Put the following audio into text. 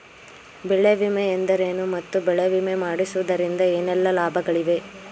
ಬೆಳೆ ವಿಮೆ ಎಂದರೇನು ಮತ್ತು ಬೆಳೆ ವಿಮೆ ಮಾಡಿಸುವುದರಿಂದ ಏನೆಲ್ಲಾ ಲಾಭಗಳಿವೆ?